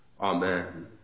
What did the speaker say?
Amen